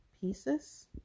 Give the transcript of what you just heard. pieces